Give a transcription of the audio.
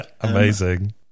amazing